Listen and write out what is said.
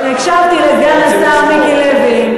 הקשבתי לסגן השר מיקי לוי,